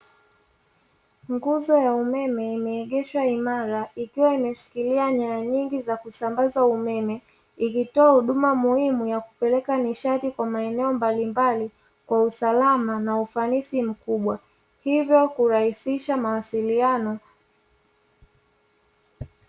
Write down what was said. Nguzo ya umeme imeegeshwa imara, ikiwaimeshikilia nyaya nyingi za kusambaza umeme, ikitoa huduma muhimu ya kupeleka nishati kwa maeneo mbalimbali kwa usalama na ufanisi mkubwa, hivyo kurahisisha mawasiliano.